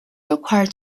required